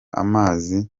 amazi